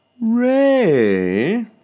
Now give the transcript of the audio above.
Ray